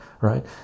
right